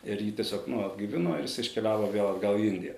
ir jį tiesiog nu atgaivino ir jis iškeliavo vėl atgal į indiją